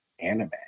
anime